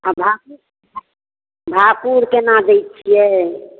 आओर भाकुर भाकुर केना दै छियै